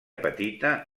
petita